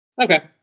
Okay